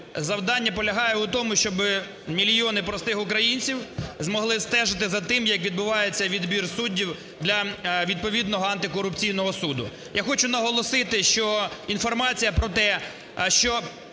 завдання полягає в тому, щоб мільйони простих українців могли стежити за тим, як відбувається відбір суддів для відповідного антикорупційного суду. Я хочу наголосити, що інформація про те, що